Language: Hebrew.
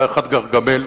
היה אחד גרגמל,